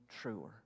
truer